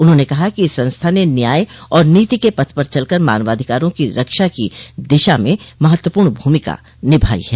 उन्होंने कहा कि इस संस्था ने न्याय और नीति के पथ पर चल कर मानवाधिकारों की रक्षा की दिशा में महत्वपूर्ण भूमिका निभाई है